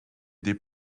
des